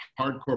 hardcore